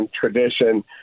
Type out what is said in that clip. tradition